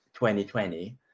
2020